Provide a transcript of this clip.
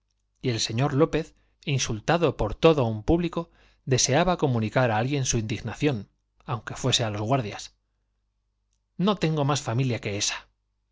artísticas y el deseaba señor lópez insultado por todo un público fuese á comunicar á alguien su indignación aunque los guardias no tengo más familia que esa